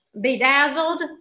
Bedazzled